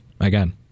again